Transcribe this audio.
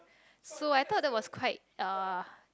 so I thought that was quite uh